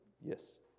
Yes